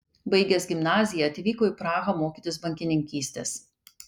baigęs gimnaziją atvyko į prahą mokytis bankininkystės